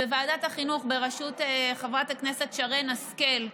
בוועדת החינוך, בראשות חברת הכנסת שרן השכל,